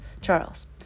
Charles